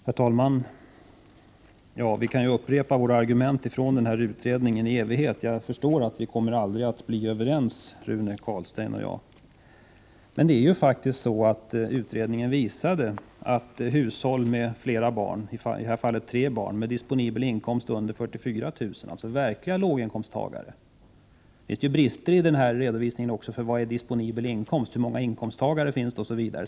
Fru talman! Vi kan naturligtvis upprepa våra argument från utredningen i evighet, men jag förstår att Rune Carlstein och jag aldrig kan komma att bli överens. Beträffande vad som är disponibel inkomst, hur många inkomsttagare det finns i ett hushåll, osv., brister det förvisso i redovisningen. Det är så att säga stora hål i det hela. Det är en stor osäkerhetsfaktor när man talar om disponibel inkomst, men det begreppet använder vi oss av.